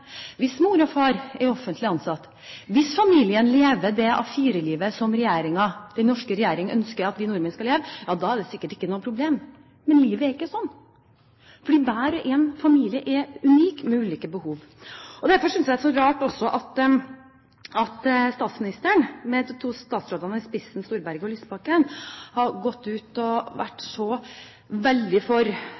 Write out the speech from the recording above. Hvis mor og far er offentlig ansatt, hvis familien lever det A4-livet som den norske regjering ønsker at vi nordmenn skal leve, er det sikkert ikke noe problem. Men livet er ikke slik. Hver og en familie er unik, med ulike behov. Derfor synes jeg også det er så rart at statsministeren, med de to statsrådene Storberget og Lysbakken i spissen, har gått ut og vært så veldig for